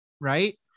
Right